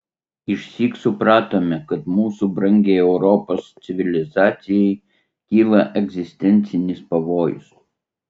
išsyk supratome kad mūsų brangiai europos civilizacijai kyla egzistencinis pavojus